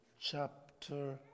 chapter